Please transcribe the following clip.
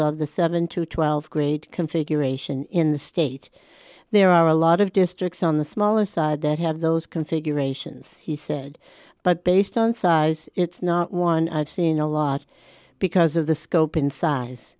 of the seven to twelve grade configuration in the state there are a lot of districts on the smaller side that have those configurations he said but based on size it's not one i've seen a lot because of the scope and size